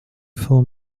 for